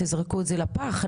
תזרקו את זה לפח?